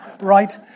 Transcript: right